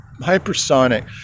hypersonic